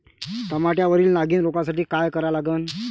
टमाट्यावरील नागीण रोगसाठी काय करा लागन?